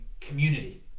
community